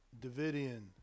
Davidian